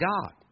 God